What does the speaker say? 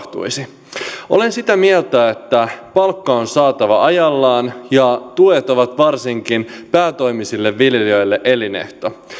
enää tapahtuisi olen sitä mieltä että palkka on saatava ajallaan ja tuet ovat varsinkin päätoimisille viljelijöille elinehto